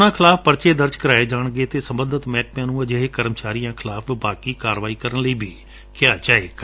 ਉਨ੍ਹਾਂ ਖਿਲਾਫ਼ ਪਰਚੇ ਦਰਜ ਕਰਵਾਏ ਜਾਣਗੇ ਅਤੇ ਸਬੰਧਤ ਮਹਿਕਮਿਆਂ ਨੂੰ ਅਜਿਹੇ ਕਰਮਚਾਰੀਆਂ ਖਿਲਾਫ਼ ਵਿੱਭਾਗੀ ਕਾਰਵਾਈ ਕਰਨ ਲਈ ਵੀ ਕਿਹਾ ਜਾਵੇਗਾ